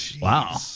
Wow